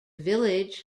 village